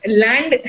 land